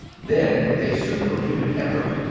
then, with a superhuman effort,